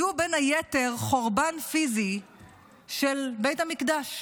היה החורבן הפיזי של בית המקדש.